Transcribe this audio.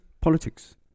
politics